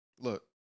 Look